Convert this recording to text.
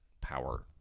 power